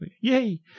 Yay